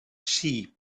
sheep